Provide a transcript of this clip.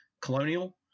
colonial